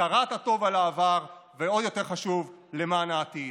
הכרת הטוב על העבר, ועוד יותר חשוב, למען העתיד.